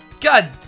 God